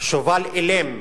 שובל אילם